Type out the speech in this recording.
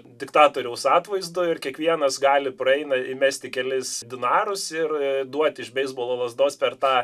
diktatoriaus atvaizdu ir kiekvienas gali praeina įmesti kelis dvarus ir duoti iš beisbolo lazdos per tą